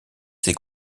ses